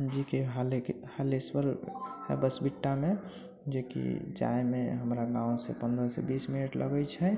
जीके हालेके हालेश्वर बँसबिट्टामे जेकि जाइमे हमरा गामसँ पन्द्रहसँ बीस मिनट लगै छै